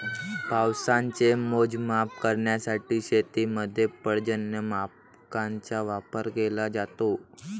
पावसाचे मोजमाप करण्यासाठी शेतीमध्ये पर्जन्यमापकांचा वापर केला जातो